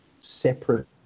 separate